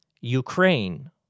Ukraine